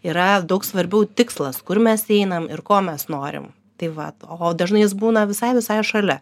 yra daug svarbiau tikslas kur mes einam ir ko mes norim tai vat o dažnai jis būna visai visai šalia